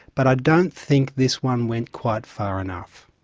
but i don't think this one went quite far enough.